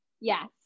Yes